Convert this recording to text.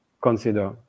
consider